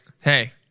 hey